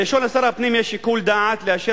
הראשון: לשר הפנים יש שיקול דעת לאשר